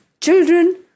children